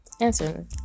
answer